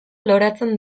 loratzen